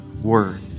word